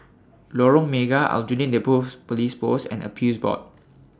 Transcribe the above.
Lorong Mega Aljunied Neighbourhoods Police Post and Appeals Board